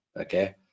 okay